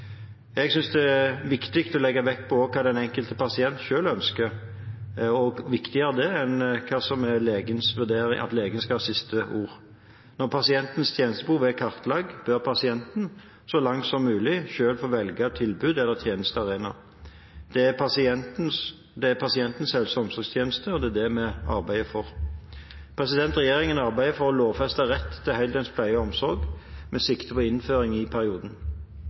Jeg synes det er viktigere å legge vekt på hva den enkelte pasient selv ønsker, enn at legen skal ha siste ordet. Når pasientens tjenestebehov er kartlagt, bør pasienten, så langt som mulig, selv få velge tilbud eller tjenestearena. Det er pasientens helse- og omsorgstjeneste, og det er det vi arbeider for. Regjeringen arbeider for å lovfeste rett til heldøgns pleie og omsorg, med sikte på innføring i perioden.